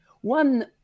One